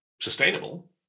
sustainable